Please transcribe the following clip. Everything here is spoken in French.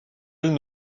elles